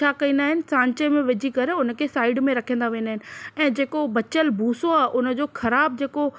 छा कंदा आहिनि सांचे में विझी करे हुनखे साइड में रखंदा वेंदा आहिनि ऐं जेको बचियल भूसो आहे हुनजो ख़राबु जेको